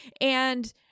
and-